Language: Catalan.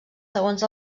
segons